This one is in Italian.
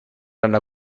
nella